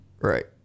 Right